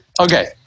okay